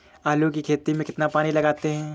आलू की खेती में कितना पानी लगाते हैं?